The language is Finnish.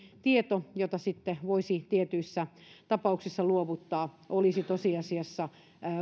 tieto jota sitten voisi tietyissä tapauksissa luovuttaa olisi tosiasiassa